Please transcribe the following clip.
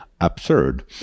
absurd